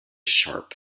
sharp